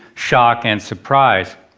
shock and surprise.